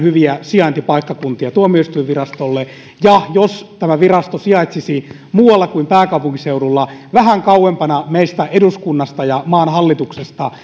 hyvä sijaintipaikkakunta tuomioistuinvirastolle ja jos tämä virasto sijaitsisi muualla kuin pääkaupunkiseudulla vähän kauempana meistä eduskunnasta ja maan hallituksesta